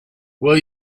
will